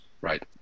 Right